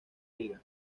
reagan